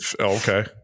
Okay